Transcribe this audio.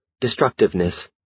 destructiveness